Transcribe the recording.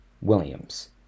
Williams